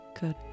Good